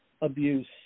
abuse